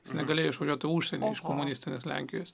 jis negalėjo išvažiuot į užsienį iš komunistinės lenkijos